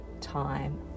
Time